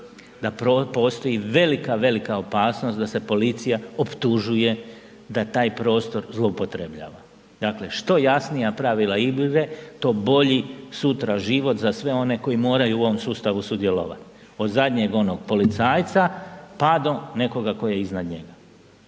da postoji velika, velika opasnost da se policija optužuje da taj prostor zloupotrebljava. Dakle, što jasnija pravila igre, to bolji sutra život za sve one koji moraju u ovom sustavu sudjelovati. Od zadnjeg onog policajca, pa do nekoga tko je iznad njega.